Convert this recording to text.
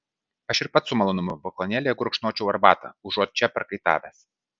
aš ir pats su malonumu balkonėlyje gurkšnočiau arbatą užuot čia prakaitavęs